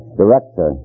director